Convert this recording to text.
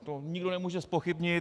To nikdo nemůže zpochybnit.